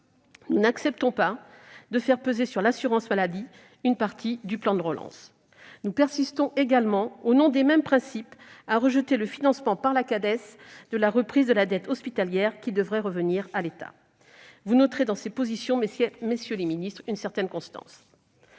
nous n'acceptons pas de faire peser sur l'assurance maladie une partie du plan de relance. Nous persistons également, au nom des mêmes principes, à rejeter le financement par la Cades de la reprise de la dette hospitalière, qui devrait revenir à l'État. Vous noterez dans ses positions, messieurs les ministres, une certaine constance.